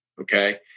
Okay